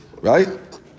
Right